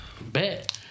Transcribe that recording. Bet